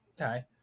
Okay